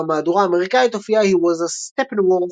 במהדורה האמריקאית הופיע "He Was a Steppenwolf".